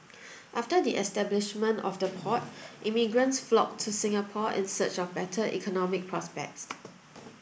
after the establishment of the port immigrants flocked to Singapore in search of better economic prospects